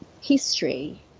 history